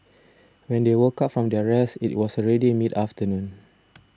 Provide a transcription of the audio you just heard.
when they woke up from their rest it was already mid afternoon